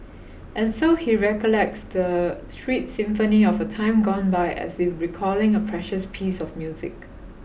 and so he recollects the street symphony of a time gone by as if recalling a precious piece of music